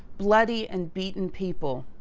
bloody and beaten people,